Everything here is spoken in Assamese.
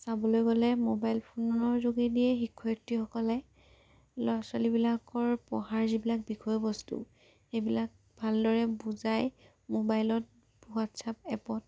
চাবলৈ গ'লে মোবাইল ফোনৰ যোগেদিয়ে শিক্ষয়িত্ৰীসকলে ল'ৰা ছোৱালীবিলাকৰ পঢ়াৰ যিবিলাক বিষয়বস্তু সেইবিলাক ভালদৰে বুজায় মোবাইলত হোৱাটছআপ এপত